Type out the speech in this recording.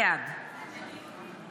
בעד